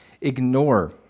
ignore